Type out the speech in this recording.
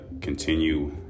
continue